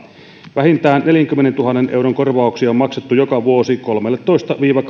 vähintään neljänkymmenentuhannen euron korvauksia on maksettu joka vuosi kolmetoista viiva